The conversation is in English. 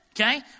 okay